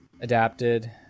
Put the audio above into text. adapted